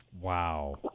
Wow